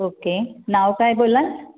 okay नाव काय बोललात